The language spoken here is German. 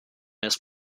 erst